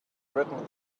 written